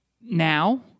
now